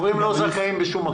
הורים לא זכאים בשום מקום.